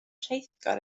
rheithgor